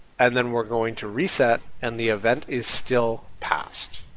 and then we're going to reset and the event is still passed.